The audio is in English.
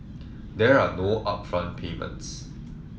there are no upfront payments